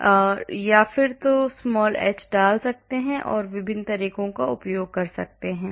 तो या तो मैं small h डाल सकता हूं या मैं विभिन्न तरीकों का उपयोग कर सकता हूं